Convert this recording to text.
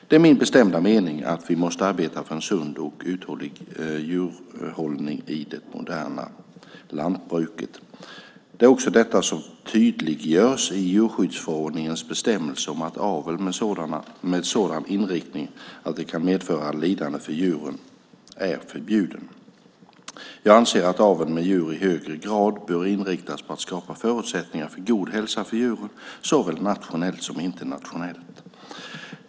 Det är min bestämda mening att vi måste arbeta för en sund och uthållig djurhållning i det moderna lantbruket. Det är också detta som tydliggörs i djurskyddsförordningens bestämmelse om att avel med sådan inriktning att den kan medföra lidande för djuren är förbjuden. Jag anser att aveln med djur i högre grad bör inriktas på att skapa förutsättningar för god hälsa för djuren - såväl nationellt som internationellt.